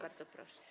Bardzo proszę.